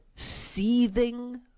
seething